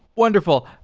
wonderful.